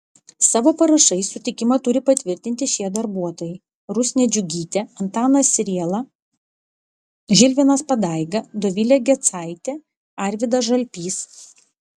savo parašais sutikimą turi patvirtinti šie darbuotojai rusnė džiugytė antanas striela žilvinas padaiga dovilė gecaitė arvydas žalpys